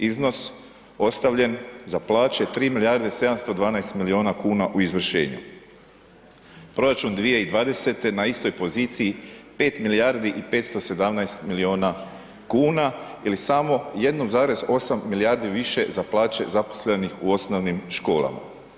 Iznos ostavljen za plaće 3 milijarde 712 milijuna kuna u izvršenju. proračun 2020. na istoj poziciji 5 milijardi i 517 miliona kuna ili samo 1,8 milijardi više za plaće zaposlenih u osnovnim školama.